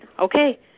okay